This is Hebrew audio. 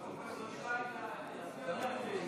חבריי חברי הכנסת, אדוני היושב-ראש,